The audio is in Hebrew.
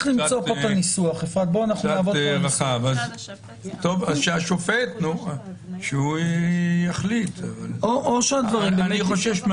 פרקטיקה למה השופט כן הסכים או לא הסכים.